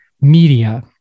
media